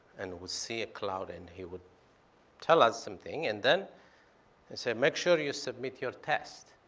and we'd see a cloud, and he would tell us something, and then he'd say, make sure you submit your test.